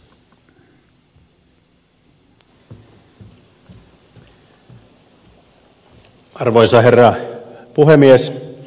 arvoisa herra puhemies